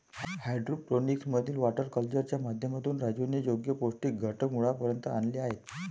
hydroponics मधील water कल्चरच्या माध्यमातून राजूने योग्य पौष्टिक घटक मुळापर्यंत आणले आहेत